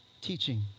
teaching